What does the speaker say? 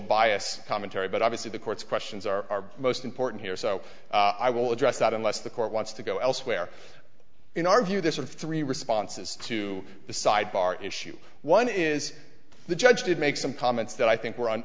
bias commentary but obviously the courts questions are most important here so i will address that unless the court wants to go elsewhere in our view this are three responses to the sidebar issue one is the judge did make some comments that i think were on